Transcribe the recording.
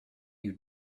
you